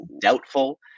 doubtful